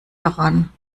daran